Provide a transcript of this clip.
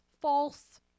false